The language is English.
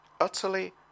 Utterly